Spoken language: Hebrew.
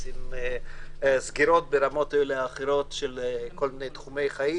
עם סגירות ברמות כאלו או אחרות של כל מיני תחומי חיים,